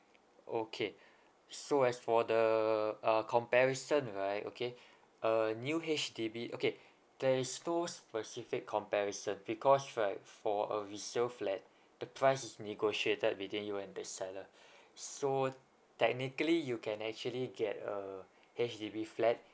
okay so as for the ah comparison right okay a new H_D_B okay there is two specific comparison because right for a resale flat the price is negotiated within you and the seller so technically you can actually get a H_D_B flat